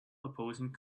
opposing